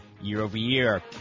year-over-year